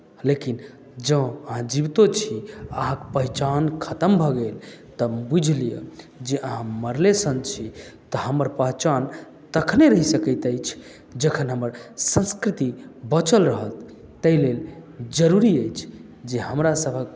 लेकिन जँ अहाँ जीवितो छी आ अहाँक पहचान खतम भऽ गेल तऽ बुझि लिअ जे अहाँ मरले सन छी तऽ हमर पहचान तखने रहि सकैत अछि जखन हमर संस्कृति बचल रहत ताहि लेल जरूरी अछि जे हमरासभक